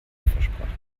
versprach